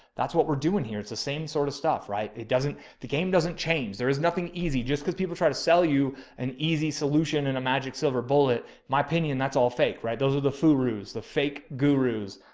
that's what we're doing here. it's the same sort of stuff, right? it doesn't the game doesn't change. there is nothing easy just because people try to sell you an easy solution and a magic silver bullet. my opinion, that's all fake, right? those are the food rules, the fake gurus.